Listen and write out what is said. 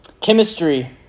Chemistry